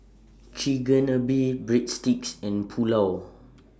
Chigenabe Breadsticks and Pulao